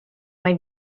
mai